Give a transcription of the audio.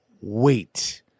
wait